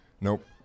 Nope